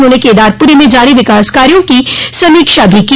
उन्होंने केदारपुरी में जारी विकास कार्यों की समीक्षा भी की